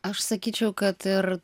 aš sakyčiau kad ir